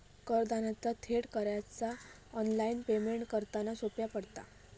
करदात्यांना थेट करांचे ऑनलाइन पेमेंट करना सोप्या पडता